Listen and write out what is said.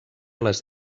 les